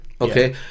Okay